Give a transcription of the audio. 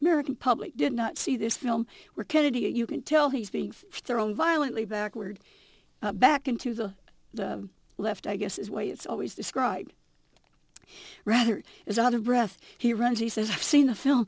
american public did not see this film where kennedy you can tell he's being thrown violently backward back into the left i guess is why it's always described rather as out of breath he runs he says seen the film